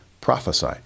prophesy